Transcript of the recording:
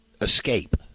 Escape